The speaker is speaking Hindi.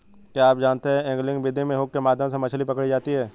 क्या आप जानते है एंगलिंग विधि में हुक के माध्यम से मछली पकड़ी जाती है